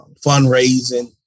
fundraising